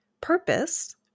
purpose